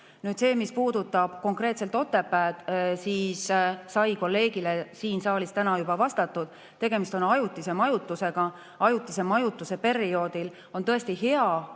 selle eest. Mis puudutab konkreetselt Otepääd, siis selle kohta sai teie kolleegile siin saalis täna juba vastatud. Tegemist on ajutise majutusega. Ajutise majutuse perioodil on tõesti hea,